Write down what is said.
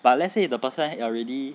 but let's say the person already